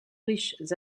riches